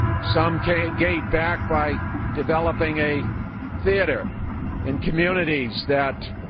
some gave gave back by developing a theater in communities that